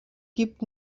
gibt